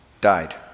died